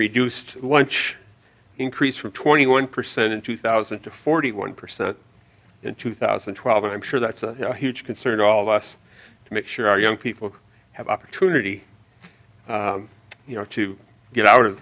reduced lunch increased from twenty one percent in two thousand to forty one percent in two thousand and twelve and i'm sure that's a huge concern to all of us to make sure our young people have opportunity you know to get out of